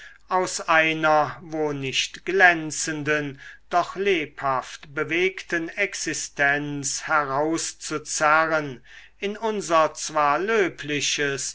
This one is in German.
aus einer wo nicht glänzenden doch lebhaft bewegten existenz herauszuzerren in unser zwar löbliches